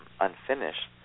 unfinished